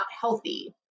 healthy